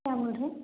क्या बोल रहे हैं